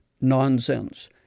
Nonsense